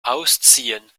ausziehen